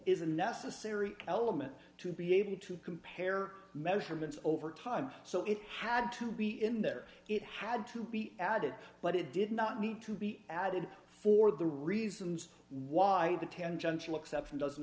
a necessary element to be able to compare measurements over time so it had to be in there it had to be added but it did not need to be added for the reasons why the tangential exception doesn't